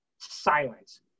silence